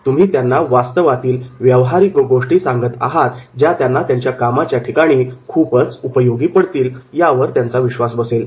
तुम्ही त्यांना वास्तवातील व्यावहारिक गोष्टी सांगत आहात ज्या त्यांना त्यांच्या कामाच्या ठिकाणी खूपच उपयोगी पडतील यावर त्यांचा विश्वास असेल